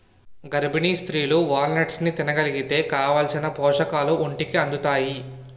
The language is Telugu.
గర్భిణీ స్త్రీలు వాల్నట్స్ని తినగలిగితే కావాలిసిన పోషకాలు ఒంటికి అందుతాయి